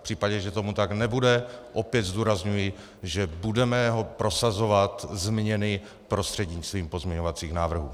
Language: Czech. V případě, že tomu tak nebude, opět zdůrazňuji, že budeme prosazovat změny prostřednictvím pozměňovacích návrhů.